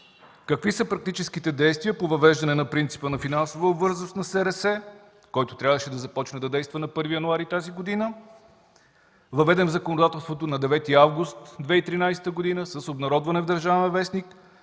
какви са практическите действия по въвеждане на принципа на финансова обвързаност на СРС, който трябваше да започне да действа на 1 януари 2014 г., въведен в законодателството на 9 август 2013 г. с обнародване в „Държавен вестник”?